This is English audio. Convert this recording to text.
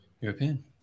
European